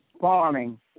Farming